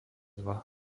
dva